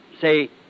say